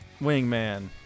wingman